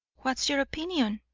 what's your opinion?